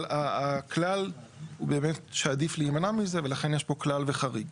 אבל הכלל באמת שעדיף להימנע מזה ולכן יש פה כלל וחריג.